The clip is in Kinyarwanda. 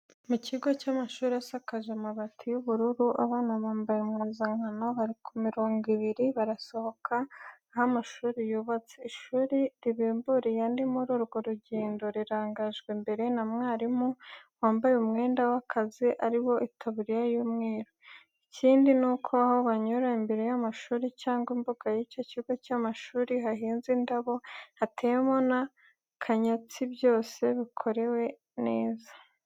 Mu kigo cy'amashuri asakaje amabati y'ubururu, abana bambaye impuzankano bari ku mirongo ibiri ibiri barasohoka aho amashuri yubatse, ishuri ribimburiye andi muri urwo rugendo, rirangajwe imbere na mwarimu wambaye umwenda w'akazi ari wo itaburiya y'umweru. Ikindi ni uko aho banyura, imbere y'amashuri cyangwa imbuga y'icyo kigo cy'amashuri, hahinze indabo ndetse hateyemo n'akanyatsi byose bikorewe neza.